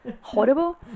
horrible